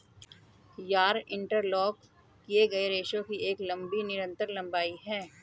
yarn interlock किए गए रेशों की एक लंबी निरंतर लंबाई है